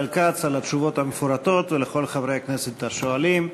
כץ על התשובות המפורטות ולכל חברי הכנסת השואלים.